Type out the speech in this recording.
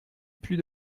plus